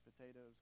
potatoes